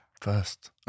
first